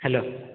hello